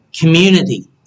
community